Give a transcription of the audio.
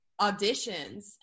auditions